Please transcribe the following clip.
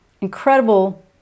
incredible